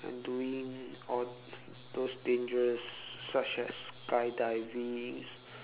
and doing all those dangerous such as skydiving